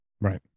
right